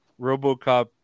RoboCop